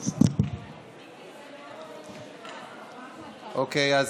חסרי עורף משפחתי, התש"ף 2020, לא נתקבלה.